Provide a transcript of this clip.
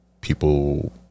people